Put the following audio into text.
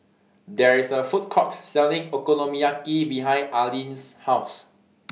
There IS A Food Court Selling Okonomiyaki behind Aleen's House